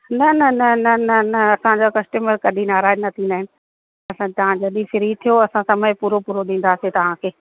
न न न न न न असांजा कस्टमर कॾहिं नाराज़ु न थींदा आहिनि असां तव्हां जॾहिं फ्री थियो असां समय पूरो पूरो ॾींदासीं तव्हांखे